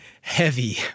heavy